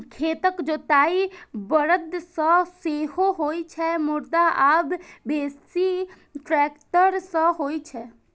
खेतक जोताइ बरद सं सेहो होइ छै, मुदा आब बेसी ट्रैक्टर सं होइ छै